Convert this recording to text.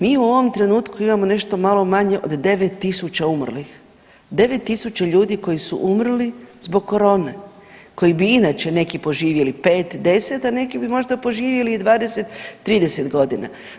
Mi u ovom trenutku imamo nešto malo manje od 9.000 umrlih, 9.000 ljudi koji su umrli zbog korone, koji bi inače neki poživjeli 5, 10, a neki bi možda poživjeli i 20.-30.g.